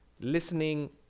listening